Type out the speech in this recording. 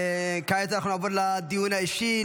כעת אנחנו נעבור לדיון האישי.